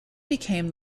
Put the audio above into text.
became